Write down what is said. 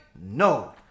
no